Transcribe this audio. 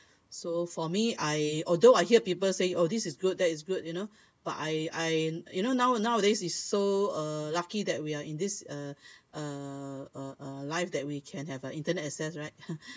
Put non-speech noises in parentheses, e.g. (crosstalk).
so for me I although I hear people say oh this is good that is good you know but I I you know now nowadays you so uh lucky that we are in this uh uh uh uh life that we can have internet access right (laughs)